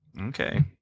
Okay